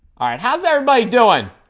all right how's everybody doing